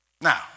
Now